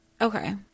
Okay